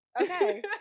Okay